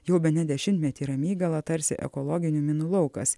jau bene dešimtmetį ramygala tarsi ekologinių minų laukas